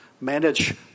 Manage